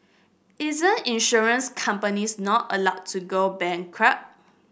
isn't insurance companies not allowed to go bankrupt